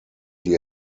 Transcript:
die